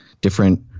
different